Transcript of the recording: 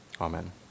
Amen